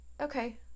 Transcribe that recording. Okay